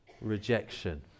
rejection